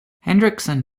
hendrickson